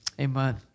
Amen